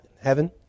heaven